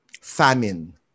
famine